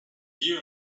you